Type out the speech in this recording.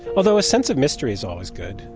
although a sense of mystery is always good.